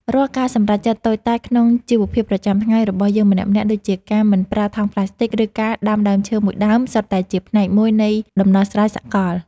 រាល់ការសម្រេចចិត្តតូចតាចក្នុងជីវភាពប្រចាំថ្ងៃរបស់យើងម្នាក់ៗ ដូចជាការមិនប្រើថង់ប្លាស្ទិក ឬការដាំដើមឈើមួយដើម សុទ្ធតែជាផ្នែកមួយនៃដំណោះស្រាយសកល។